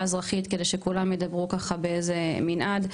אזרחית כדי שכולם ידברו ככה באיזה מנעד,